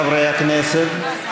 חברי הכנסת,